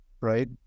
right